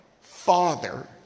Father